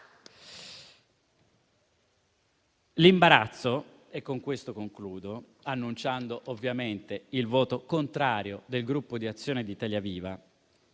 L'imbarazzo - e con questo concludo, annunciando ovviamente il voto contrario del Gruppo Azione-Italia